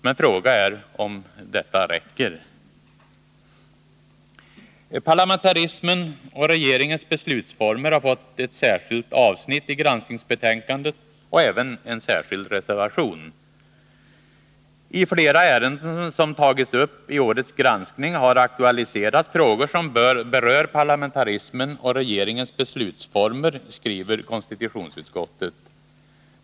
Men frågan är om detta räcker. Parlamentarismen och regeringens beslutsformer har fått ett särskilt avsnitt i granskningsbetänkandet och även en särskild reservation. I flera ärenden som tagits upp i årets granskning har aktualiserats frågor som berör parlamentarismen och regeringens beslutsformer, skriver konstitutionsutskottet.